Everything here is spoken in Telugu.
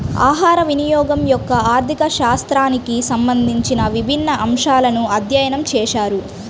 ఆహారవినియోగం యొక్క ఆర్థిక శాస్త్రానికి సంబంధించిన విభిన్న అంశాలను అధ్యయనం చేశారు